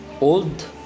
old